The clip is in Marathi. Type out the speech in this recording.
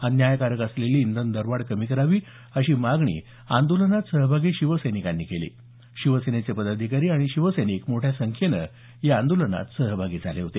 अन्यायकारक असलेली इंधन दरवाढ कमी करावी अशी मागणी आंदोलनात सहभागी शिवसैनिकांनी केली शिवसेनेचे पदाधिकारी आणि शिवसैनिक मोठ्या संख्येनं या आंदोलनात सहभागी झाले होते